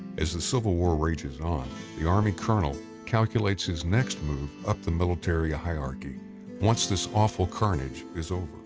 as the civil war rages on the army colonel calculates his next move up the military hierarchy once this awful carnage is over.